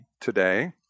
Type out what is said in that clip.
today